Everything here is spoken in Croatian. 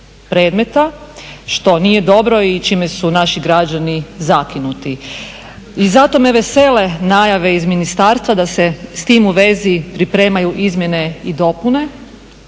predmeta što nije dobro i čime su naši građani zakinuti. I zato me vesele najave iz ministarstva da se sa time u vezi pripremaju izmjene i dopune,